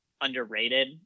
underrated